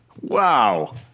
Wow